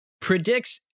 predicts